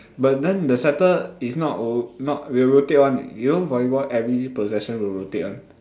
but then the setter is not oh not will rotate one eh you know volleyball every possession will rotate one